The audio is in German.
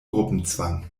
gruppenzwang